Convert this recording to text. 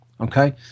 Okay